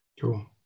Cool